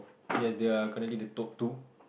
ya they are currently the top two